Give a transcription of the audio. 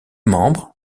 membre